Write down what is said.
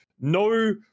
no